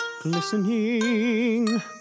glistening